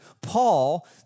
Paul